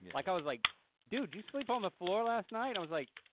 like i was like dude, you sleep on the floor last night? and i was like,